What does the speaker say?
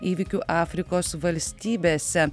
įvykių afrikos valstybėse